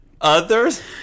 Others